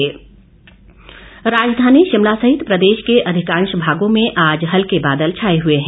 मौसम राजधानी शिमला सहित प्रदेश के अधिकांश भागों में आज हल्के बादल छाए हए हैं